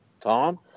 Tom